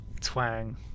twang